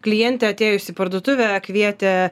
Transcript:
klientė atėjusi į parduotuvę kvietė